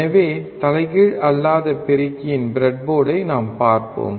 எனவே தலைகீழ் அல்லாத பெருக்கியின் ப்ரெட்போர்டைப் பார்ப்போம்